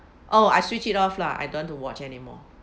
oh I switch it off lah I don't want to watch anymore